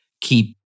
keep